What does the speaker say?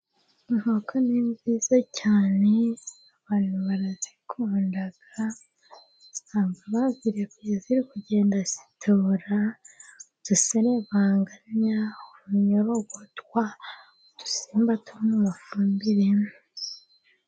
Inkoko ni nziza cyane, abantu barazikunda, usanga bazirekuye ziri kugenda zitobora uduserebanga n'utunyorogotwa, n'dusimba two mu mafumbire.